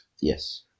Yes